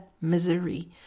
misery